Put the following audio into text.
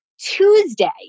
Tuesday